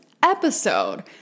episode